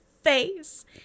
face